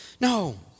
No